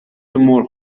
مرغ